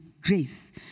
grace